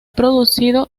producido